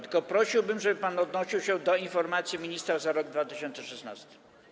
Tylko prosiłbym, żeby pan odnosił się do informacji ministra za rok 2016.